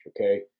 Okay